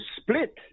split